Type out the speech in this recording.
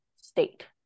state